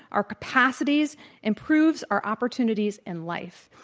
our capacities improves our opportunities in life,